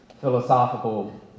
philosophical